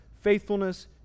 faithfulness